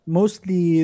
mostly